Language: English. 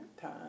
time